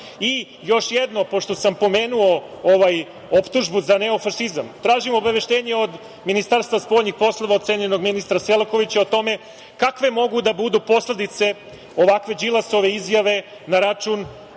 jedno, pošto sam pomenuo optužbu za neofašizam, tražim obaveštenje od Ministarstva spoljnih poslova, od cenjenog ministra Selakovića, o tome kakve mogu da budu posledice ovakve Đilasove izjave na račun